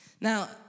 Now